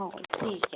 हो ठीक आहे